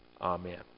Amen